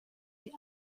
die